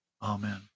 Amen